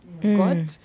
God